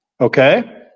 Okay